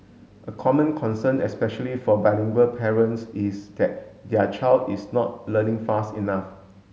a common concern especially for bilingual parents is that their child is not learning fast enough